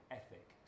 ethic